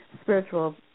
spiritual